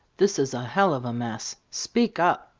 this is a hell of a mess! speak up!